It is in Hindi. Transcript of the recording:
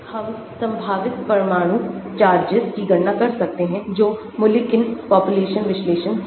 हम संभावित परमाणु चार्जेस की गणना कर सकते हैं जो मुल्लिकेनपापुलेशन विश्लेषण है